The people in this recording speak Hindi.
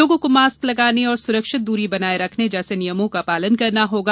लोगों को मास्क लगाने और सुरक्षित दूरी बनाये रखने जैसे नियमों का पालन करना होगा